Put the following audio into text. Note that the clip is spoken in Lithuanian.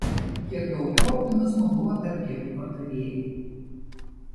kiek daugiu optimizmo buvo tarp gėlių pardavėjų